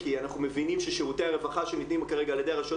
כי אנחנו מבינים ששירותי הרווחה שניתנים כרגע על ידי הרשויות